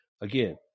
Again